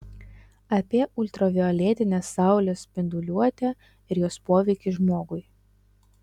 apie ultravioletinę saulės spinduliuotę ir jos poveikį žmogui